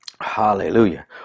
Hallelujah